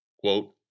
quote